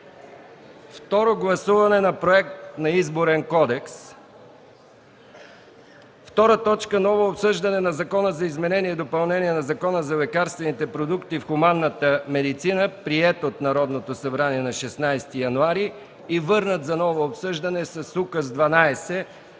Второ гласуване на Проект на Изборен кодекс. 2. Ново обсъждане на Закона за изменение и допълнение на Закона за лекарствените продукти в хуманната медицина, приет от Народното събрание на 16 януари и върнат за ново обсъждане с Указ №